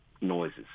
noises